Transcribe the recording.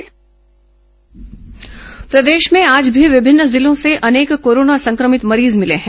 corona मरीज प्रदेश में आज भी विभिन्न जिलों से अनेक कोरोना संक्रमित मरीज मिले हैं